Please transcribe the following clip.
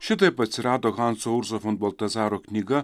šitaip atsirado hanso urzo fon boltazaro knyga